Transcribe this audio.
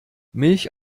milch